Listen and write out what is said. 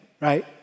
right